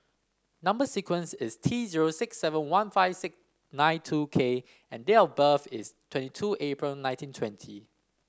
number sequence is T zero six seven one five nine two K and date of birth is twenty two April nineteen twenty